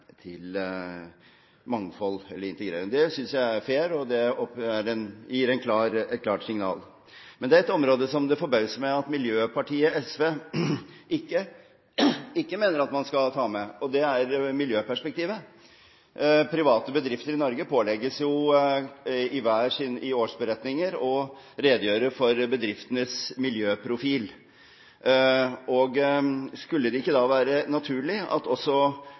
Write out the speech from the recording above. gjelder mangfold eller integrering. Det synes jeg er fair, og det opplever jeg er et klart signal. Men det er én ting som det forbauser meg at miljøpartiet SV ikke mener at man skal ta med, og det er miljøperspektivet. Private bedrifter i Norge pålegges i sine årsberetninger å redegjøre for bedriftenes miljøprofil. Skulle det ikke da være naturlig at også